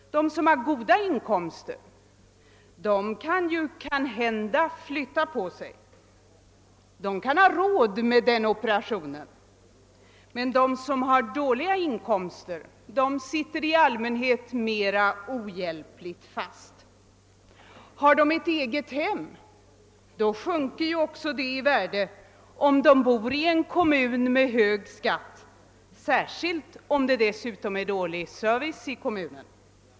De som har goda inkomster kan måhända flytta på sig, de kan ha råd med den operationen. Men de som har dåliga inkomster sitter i allmänhet mer ohjälpligt fast. Har de eget hem sjunker också det i värde, om de bor i en kommun med hög skatt, särskilt om det dessutom är dålig service i kommunen.